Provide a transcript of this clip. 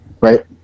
right